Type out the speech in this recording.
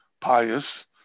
pious